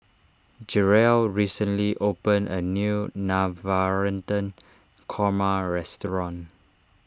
Jerel recently opened a new Navratan Korma restaurant